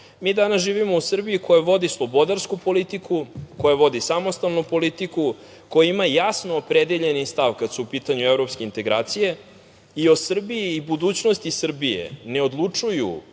Mi danas živimo u Srbiji koja vodi slobodarsku politiku, koja vodi samostalnu politiku, koja ima jasno opredeljeni stav kada su u pitanju evropske integracije i o Srbiji i budućnosti Srbije ne odlučuju